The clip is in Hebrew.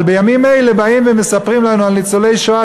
אבל בימים אלה באים ומספרים לנו על ניצולי שואה,